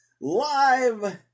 Live